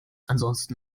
ansonsten